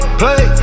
play